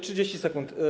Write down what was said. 30 sekund.